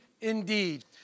indeed